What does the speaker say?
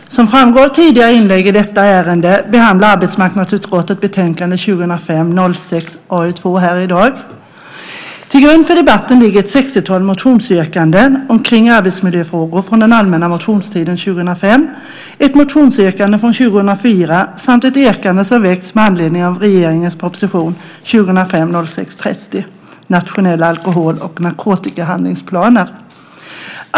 Fru talman! Som framgår av tidigare inlägg i detta ärende behandlar vi arbetsmarknadsutskottets betänkande 2005 06:30 Nationella alkohol och narkotikahandlingsplaner .